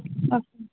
okay